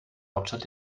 hauptstadt